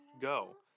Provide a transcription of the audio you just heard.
go